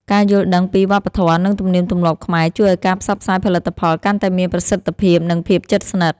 ការយល់ដឹងពីវប្បធម៌ និងទំនៀមទម្លាប់ខ្មែរជួយឱ្យការផ្សព្វផ្សាយផលិតផលកាន់តែមានប្រសិទ្ធភាព និងភាពជិតស្និទ្ធ។